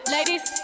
Ladies